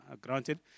granted